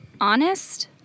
honest